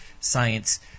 science